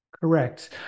Correct